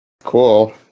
cool